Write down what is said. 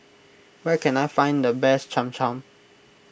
where can I find the best Cham Cham